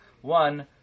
one